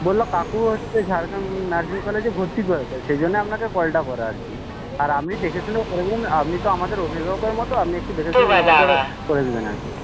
বললো কাকু হচ্ছে ঝাড়গ্রাম নার্সিং কলেজে ভর্তি করে দেয় সেইজন্য আপনাকে কলটা করা আর কি আর আপনি দেখেশুনে করে দিন আপনি তো আমাদের অভিভাবকের মতো আপনি একটু দেখেশুনে ব্যাপারটা করে দেবেন আর কি